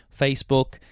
Facebook